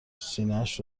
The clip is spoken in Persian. سینهاش